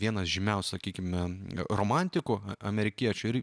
vienas žymiausių sakykime romantikų amerikiečių ir